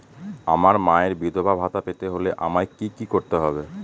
আমার মায়ের বিধবা ভাতা পেতে হলে আমায় কি কি করতে হবে?